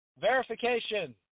verification